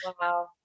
Wow